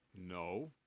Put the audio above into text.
No